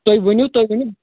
تُہۍ ؤنِو تُہۍ ؤنِو